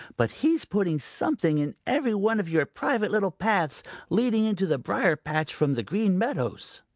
but he's putting something in every one of your private little paths leading into the briar-patch from the green meadows.